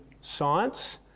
science